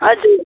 हजुर